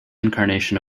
incarnation